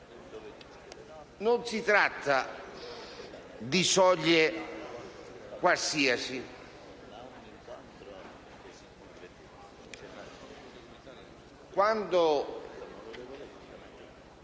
Non si tratta di soglie qualsiasi.